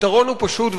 הפתרון הוא פשוט,